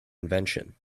invention